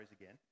again